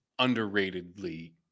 underratedly